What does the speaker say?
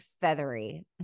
feathery